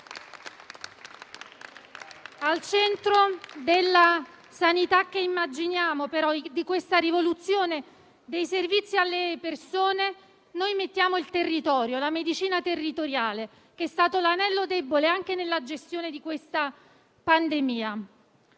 Al centro della sanità che immaginiamo, di questa rivoluzione dei servizi alle persone, noi mettiamo però il territorio, la medicina territoriale, che è stato l'anello debole anche nella gestione della pandemia.